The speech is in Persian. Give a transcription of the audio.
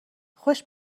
خوش